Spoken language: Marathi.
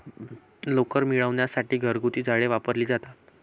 लोकर मिळविण्यासाठी घरगुती झाडे वापरली जातात